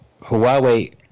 Huawei